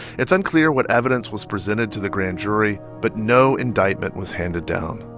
it's unclear what evidence was presented to the grand jury, but no indictment was handed down